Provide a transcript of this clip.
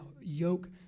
yoke